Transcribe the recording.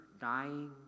dying